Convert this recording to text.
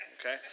okay